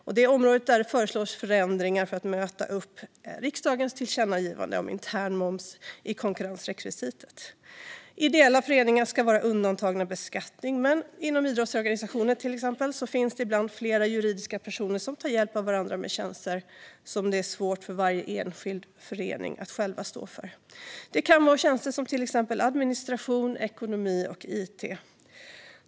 Det är ett område där det föreslås förändringar för att möta upp riksdagens tillkännagivande om intern moms i konkurrensrekvisitet. Ideella föreningar ska vara undantagna beskattning, men till exempel inom idrottsorganisationer finns det ibland flera juridiska personer som tar hjälp av varandra med tjänster som det är svårt för varje enskild förening att själv stå för. De kan vara tjänster som till exempel administration, ekonomi och it.